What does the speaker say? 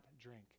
drink